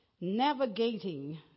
Navigating